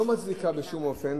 לא מצדיקים בשום אופן